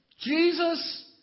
Jesus